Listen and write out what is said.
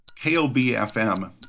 KOB-FM